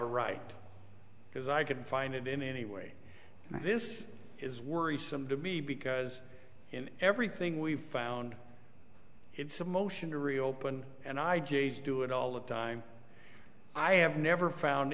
a right because i can find it in any way this is worrisome to me because in everything we've found it's a motion to reopen and i js do it all of time i have never found